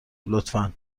لطفا